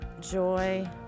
joy